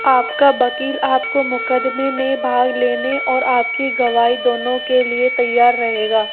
आपका वकील आपको मुकदमे में भाग लेने और आपकी गवाही दोनों के लिए तैयार रहेगा